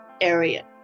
area